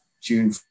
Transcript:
June